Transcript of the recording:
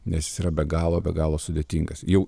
nes yra be galo be galo sudėtingas jau